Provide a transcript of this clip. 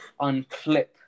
unclip